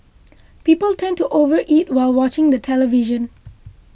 people tend to over eat while watching the television